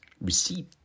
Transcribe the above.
receipt